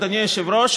אדוני היושב-ראש,